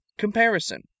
Comparison